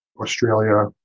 Australia